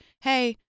hey